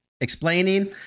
Explaining